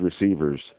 receivers